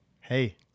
Hey